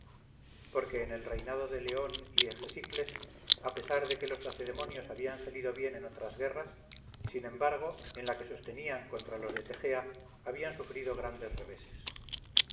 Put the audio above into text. porque en el reinado de leon y hegesicles a pesar de que los lacedemonios habían salido bien en otras guerras sin embargo en la que sostenían contra los de tegea habían sufrido grandes reveses